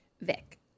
Vic